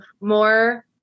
more